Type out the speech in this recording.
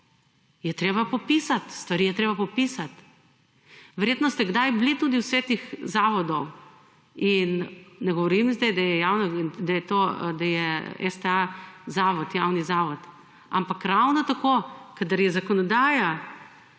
je treba popisati, stvari je treba popisati. Verjetno ste kdaj bili tudi v svetih zavodov. Ne govorim sedaj, da je STA javni zavod, ampak ravno tako kadar je zakonodaja